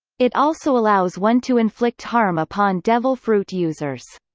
it also allows one to inflict harm upon devil fruit users.